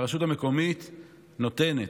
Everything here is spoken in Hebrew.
והרשות המקומית נותנת.